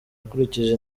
akurikije